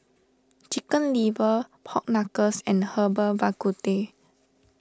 Chicken Liver Pork Knuckle and Herbal Bak Ku Teh